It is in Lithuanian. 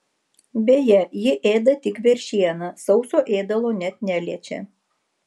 beje ji ėda tik veršieną sauso ėdalo net neliečia